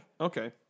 Okay